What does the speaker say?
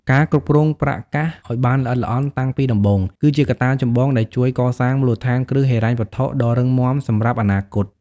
ការគ្រប់គ្រងប្រាក់កាសឲ្យបានល្អិតល្អន់តាំងពីដំបូង គឺជាកត្តាចម្បងដែលជួយកសាងមូលដ្ឋានគ្រឹះហិរញ្ញវត្ថុដ៏រឹងមាំសម្រាប់អនាគត។